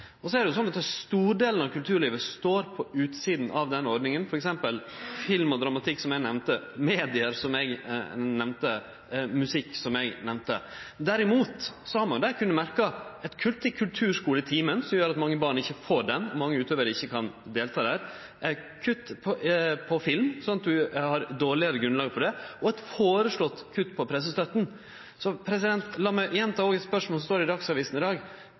av kulturlivet står på utsida av den ordninga, som f.eks. film, dramatikk, media og musikk, som eg nemnde. Derimot har ein kunna merke eit kutt i kulturskuletimen, som gjer at mange barn ikkje får han, og at mange utøvarar ikkje kan delta der. Ein kan merke kutt for film, som gjer at ein har eit dårlegare grunnlag der. Og det er føreslått eit kutt i pressestøtta. Så lat meg gjenta eit spørsmål som òg står i Dagsavisen i dag: